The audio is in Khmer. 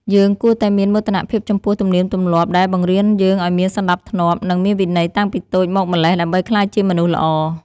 យើងគួរតែមានមោទនភាពចំពោះទំនៀមទម្លាប់ដែលបង្រៀនយើងឱ្យមានសណ្តាប់ធ្នាប់ និង មានវិន័យតាំងពីតូចមកម្ល៉េះដើម្បីក្លាយជាមនុស្សល្អ។